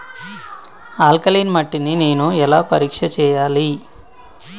Alkaline మట్టి ని నేను ఎలా పరీక్ష చేయాలి?